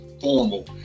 formal